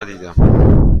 ندیدم